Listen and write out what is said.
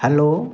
hello